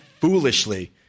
foolishly